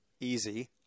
easy